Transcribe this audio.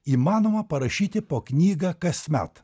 įmanoma parašyti po knygą kasmet